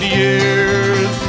years